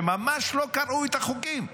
שממש לא קראו את החוקים.